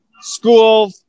school